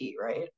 right